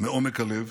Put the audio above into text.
מעומק הלב.